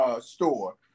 store